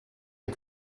and